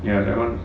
ya that [one]